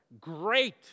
great